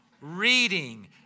reading